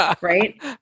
Right